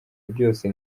byose